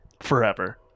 forever